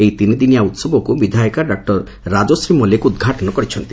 ଏହି ତିନିଦିନିଆ ଉହବକୁ ବିଧାୟିକା ଡା ରାଜଶ୍ରୀ ମଲ୍ଲିକ ଉଦ୍ଘାଟନ କରିଛନ୍ତି